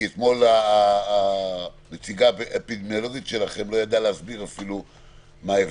כי אתמול הנציגה האפידמיולוגית שלכם לא ידעה להסביר אפילו מה ההבדל.